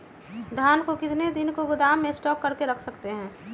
धान को कितने दिन को गोदाम में स्टॉक करके रख सकते हैँ?